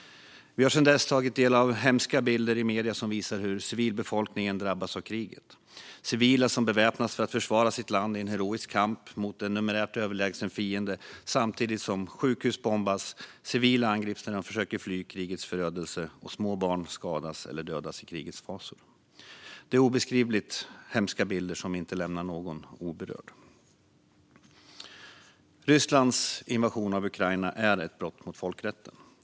Vi har sedan dess tagit del av hemska bilder i medierna som visar hur civilbefolkningen drabbas av kriget. Det är bilder på civila som beväpnas för att försvara sitt land i en heroisk kamp mot en numerärt överlägsen fiende samtidigt som sjukhus bombas, civila angrips när de försöker fly krigets förödelse och små barn skadas eller dödas i krigets fasor. Det är obeskrivligt hemska bilder som inte lämnar någon oberörd. Rysslands invasion av Ukraina är ett brott mot folkrätten.